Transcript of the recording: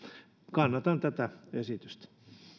kannatan tätä esitystä